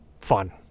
fun